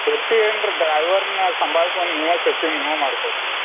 fifty ಏನ್ರಿ ಡ್ರೈವರ್ನ ಸಂಬಾಳ್ಸುವನ್ ನೀವು ಶಿಫ್ಟಿಂಗ್ ನೀವು ಮಾಡ್ಕೊಬೇಕು ಮತ್ತು